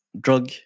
drug